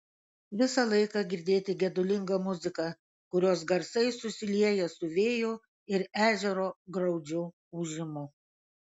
visą laiką girdėti gedulinga muzika kurios garsai susilieja su vėjo ir ežero graudžiu ūžimu